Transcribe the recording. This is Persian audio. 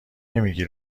نمیگی